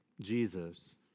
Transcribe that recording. Jesus